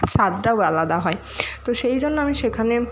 স্বাদটাও আলাদা হয় তো সেই জন্য আমি সেখানে